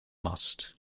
mast